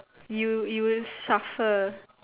you you will suffer